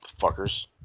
fuckers